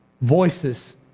Voices